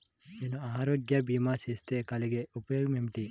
నేను ఆరోగ్య భీమా చేస్తే కలిగే ఉపయోగమేమిటీ?